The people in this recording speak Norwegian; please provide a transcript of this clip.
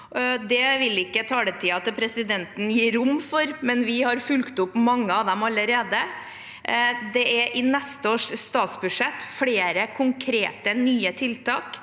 Det vil ikke taletiden til presidenten gi rom for, men vi har fulgt opp mange av dem allerede. I neste års statsbudsjett er det flere konkrete nye tiltak.